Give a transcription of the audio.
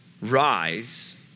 Rise